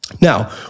Now